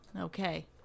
Okay